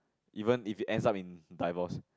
even if it ends up in divorce